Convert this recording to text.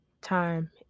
time